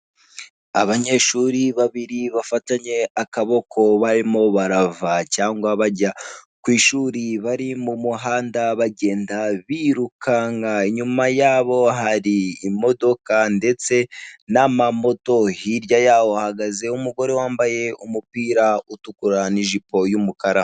Abanyeshuri babiri bafatanye akaboko, barimo barava cyangwa bajya ku ishuri, bari mu muhanda bagenda birukanka, inyuma yabo hari imodoka ndetse n'amamoto, hirya yaho hahagaze umugore wambaye umupira utukura n'ijipo y'umukara.